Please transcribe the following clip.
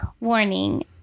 Warning